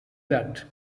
dead